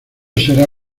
será